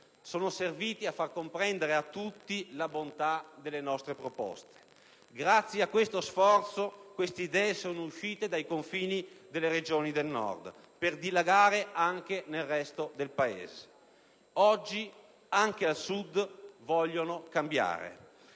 sono serviti a far comprendere a tutti la bontà delle nostre proposte. Grazie a questo sforzo, queste idee sono uscite dai confini delle regioni del Nord per dilagare anche nel resto del Paese. Oggi anche al Sud vogliono cambiare.